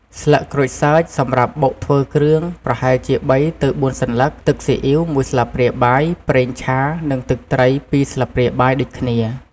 ស្លឹកក្រូចសើច សម្រាប់បុកធ្វើគ្រឿង ប្រហែលជា ៣ទៅ៤ ស្លឹក ទឹកស៊ីអ៉ីវ ១ ស្លាបព្រាបាយ ប្រេងឆា និងទឹកត្រី ២ ស្លាបព្រាបាយដូចគ្នា។